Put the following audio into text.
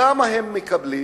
כמה הם מקבלים?